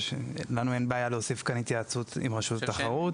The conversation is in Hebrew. לנו אין בעיה להוסיף כאן התייעצות עם רשות התחרות.